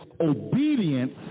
obedience